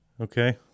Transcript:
Okay